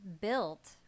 built